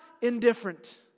indifferent